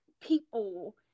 people